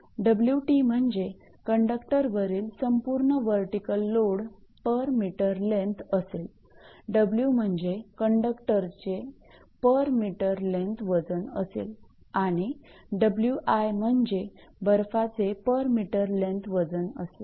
𝑊𝑇 म्हणजे कंडक्टरवरील संपूर्ण vertical load per metre length असेल 𝑊 म्हणजे कंडक्टरचे पर मीटर लेन्थ वजन असेल आणि 𝑊𝑖 म्हणजे बर्फाचे पर मीटर लेन्थ वजन असेल